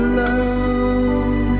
love